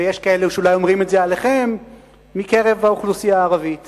ויש כאלה מקרב האוכלוסייה הערבית